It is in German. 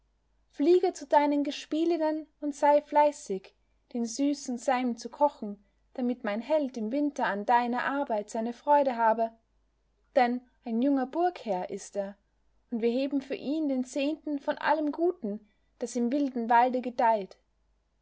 fliege zu deinen gespielinnen und sei fleißig den süßen seim zu kochen damit mein held im winter an deiner arbeit seine freude habe denn ein junger burgherr ist er und wir heben für ihn den zehnten von allem guten das im wilden walde gedeiht